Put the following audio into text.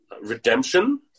Redemption